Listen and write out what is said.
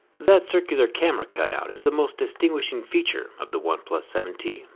that circular camera cutout is the most distinguishing feature of the oneplus seven t,